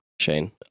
Shane